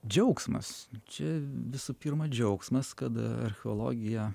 džiaugsmas čia visų pirma džiaugsmas kad a archeologija